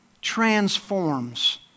transforms